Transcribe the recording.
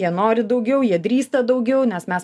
jie nori daugiau jie drįsta daugiau nes mes